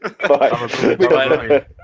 Bye